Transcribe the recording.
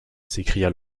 s’écria